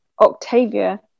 Octavia